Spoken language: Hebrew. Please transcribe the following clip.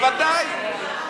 בוודאי.